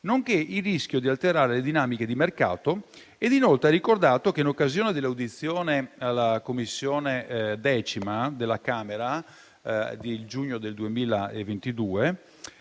nonché il rischio di alterare le dinamiche di mercato. Inoltre ha ricordato che in occasione dell'audizione alla Commissione X della Camera, svoltasi nel giugno 2022,